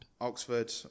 Oxford